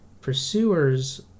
Pursuers